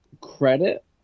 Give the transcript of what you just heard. credit